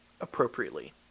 appropriately